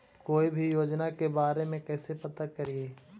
कोई भी योजना के बारे में कैसे पता करिए?